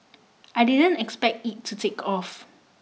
I didn't expect it to take off